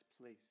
place